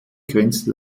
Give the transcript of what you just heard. grenzte